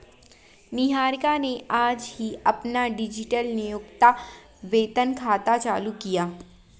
निहारिका ने आज ही अपना डिजिटल नियोक्ता वेतन खाता चालू किया है